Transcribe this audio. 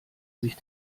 sich